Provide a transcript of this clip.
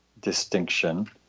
distinction